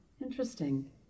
interesting